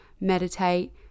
meditate